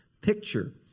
picture